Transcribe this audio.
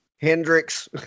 Hendrix